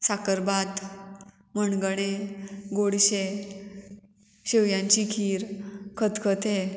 साकरभात मणगणें गोडशें शेवयांची खीर खतखतें